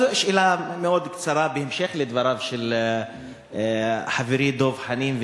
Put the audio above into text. שאלה מאוד קצרה בהמשך דבריו של חברי דב חנין,